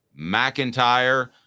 McIntyre